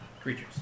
Creatures